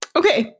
okay